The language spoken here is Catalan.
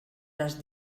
les